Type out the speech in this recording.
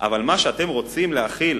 אבל מה שאתם רוצים להחיל,